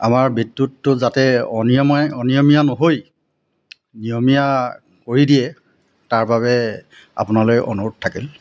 আমাৰ বিদ্যুৎটো যাতে অনিয়ম অনিয়মীয়া নহৈ নিয়মীয়া কৰি দিয়ে তাৰবাবে আপোনালৈ অনুৰোধ থাকিল